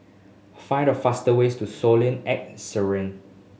find the fastest way to Solen at Siran